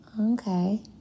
Okay